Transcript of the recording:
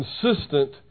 consistent